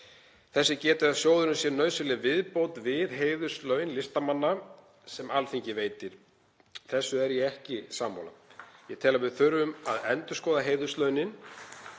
Þess er getið að sjóðurinn sé nauðsynleg viðbót við heiðurslaun listamanna sem Alþingi veitir. Því er ég ekki sammála. Ég tel að við þurfum að endurskoða heiðurslaunin.